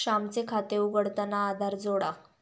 श्यामचे खाते उघडताना आधार जोडा